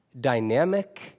dynamic